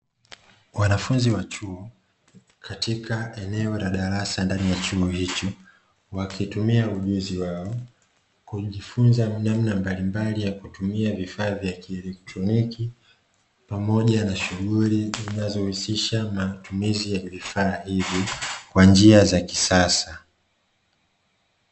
Wanafunzi wa chuo katika eneo la darasa ndani ya chuo hicho wakitumia ujuzi wao kujifunza namna mbalimbali yakutumia vifaa vya kieletroniki pamoja na shughuli zinahusisha matumizi ya vifaa hivi kwa njia za kisasa.